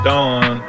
Dawn